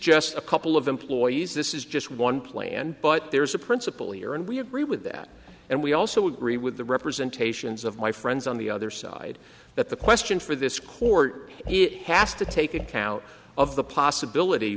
just a couple of employees this is just one plan but there's a principle here and we agree with that and we also agree with the representations of my friends on the other side that the question for this court it has to take account of the possibility